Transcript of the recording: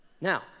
Now